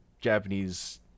Japanese